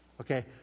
Okay